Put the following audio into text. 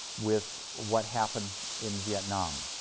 with what happened in vietnam.